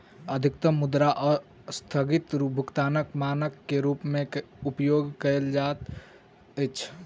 अधिकतम मुद्रा अस्थगित भुगतानक मानक के रूप में उपयोग कयल जाइत अछि